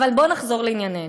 אבל בואו נחזור לענייננו.